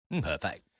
Perfect